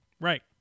Right